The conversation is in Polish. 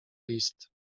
list